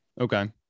Okay